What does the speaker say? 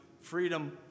freedom